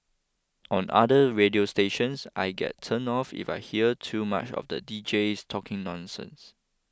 on other radio stations I get turned off if I hear too much of the deejays talking nonsense